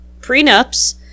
prenups